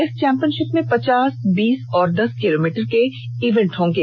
इस चैंपियनषिप में पचास बीस और दस किलोमीटर के इवेंट होंगे